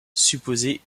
supposé